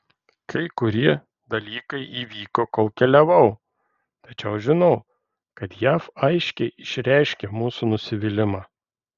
kai kurie dalykai įvyko kol keliavau tačiau žinau kad jav aiškiai išreiškė mūsų nusivylimą